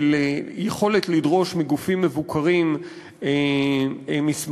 של יכולת לדרוש מגופים מבוקרים מסמכים,